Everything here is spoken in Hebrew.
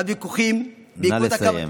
הוויכוחים, נא לסיים.